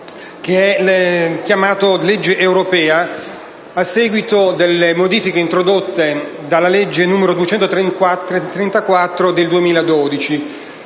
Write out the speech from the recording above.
che è chiamato «legge europea 2013» a seguito delle modifiche introdotte dalla legge n. 234 del 2012.